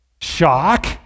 shock